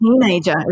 teenager